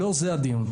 לא זה הדיון.